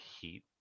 heat